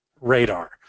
radar